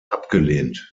abgelehnt